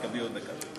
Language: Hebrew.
תקבלי עוד דקה.